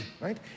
right